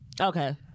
Okay